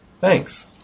Thanks